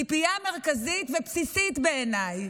ציפייה מרכזית ובסיסית בעיניי,